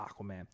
Aquaman